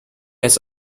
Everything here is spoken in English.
has